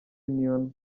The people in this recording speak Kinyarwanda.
union